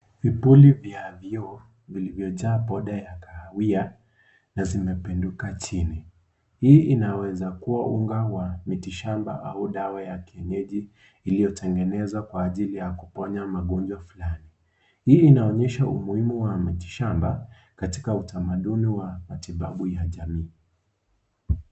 Vibuli vya vyoo vilivyojaa boda ya kahawia na zimependuka chini. Hii inaweza kuwa unga wa mitishamba au dawa ya kienyeji iliyotengenezwa kwa ajili ya kuponya magonjwa fulani. Hii inaonyesha umuhimu wa mitishamba katika utamaduni wa matibabu ya jamii.